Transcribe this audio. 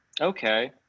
Okay